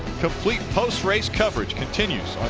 complete post race coverage continues.